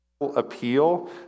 Appeal